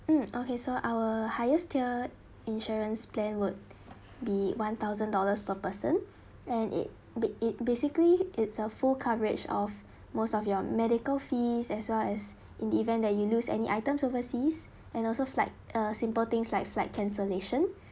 mm okay so our highest tier insurance plan would be one thousand dollars per person and it ba~ it basically it's a full coverage of most of your medical fees as well as in the event that you lose any items overseas and also flight uh simple things like flight cancellation